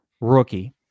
rookie